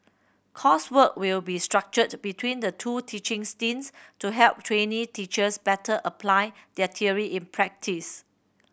coursework will be structured between the two teaching stints to help trainee teachers better apply their theory in practice